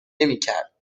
نمیکرد